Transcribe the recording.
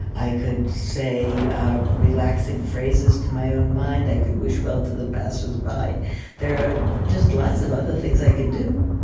i could say ah relaxing phrases to my own mind. i could wish well to the passersby. there are just lots of other things i can do